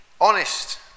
honest